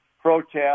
protest